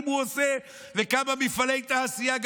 הוא עושה וכמה מפעלי תעשייה הוא עושה,